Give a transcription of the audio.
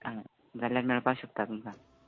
आं जाल्यार मेळपा शकता तुमकां